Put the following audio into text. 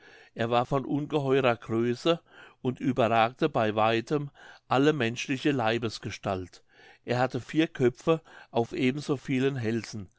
es war von ungeheurer größe und überragte bei weitem alle menschliche leibesgestalt es hatte vier köpfe auf eben so vielen hälsen